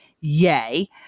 Yay